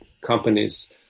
companies